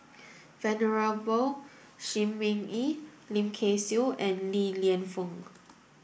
Venerable Shi Ming Yi Lim Kay Siu and Li Lienfung